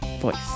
voice